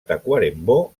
tacuarembó